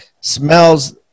smells